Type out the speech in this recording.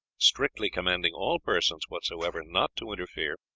strictly commanding all persons whatsoever not to interfere,